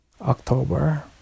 October